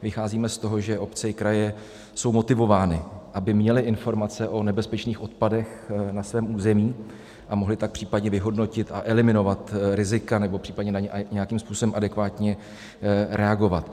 Vycházíme z toho, že obce i kraje jsou motivovány, aby měly informace o nebezpečných odpadech na svém území, a mohly tak případně vyhodnotit a eliminovat rizika nebo případně na ně nějakým způsobem adekvátně reagovat.